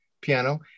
piano